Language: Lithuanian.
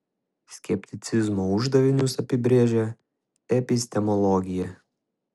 skepticizmo uždavinius apibrėžia epistemologija